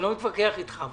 אני לא מתווכח איתך,